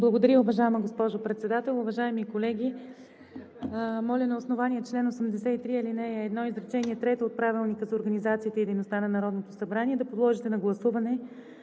Благодаря, уважаема госпожо Председател. Уважаеми колеги! Моля на основание чл. 83, ал. 1, изречение трето от Правилника за организацията и дейността на Народното събрание да подложите на гласуване